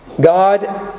God